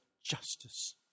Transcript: justice